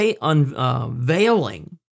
unveiling